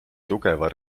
tugeva